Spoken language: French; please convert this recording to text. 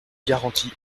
garantie